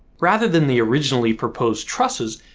rather than the originally-proposed trusses,